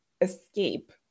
escape